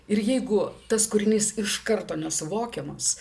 ir jeigu tas kūrinys iš karto nesuvokiamas